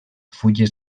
fulles